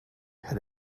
had